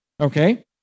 okay